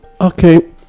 Okay